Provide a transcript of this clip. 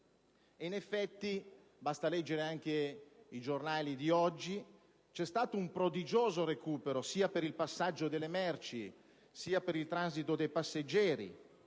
In effetti, basta leggere anche i giornali di oggi per vedere che vi è stato un prodigioso recupero, sia per il passaggio delle merci, sia per il transito dei passeggeri;